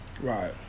Right